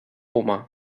humà